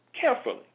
carefully